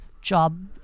job